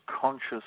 conscious